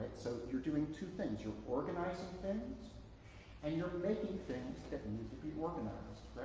so you're doing two things, you're organizing things and you're making things that and need to be organized.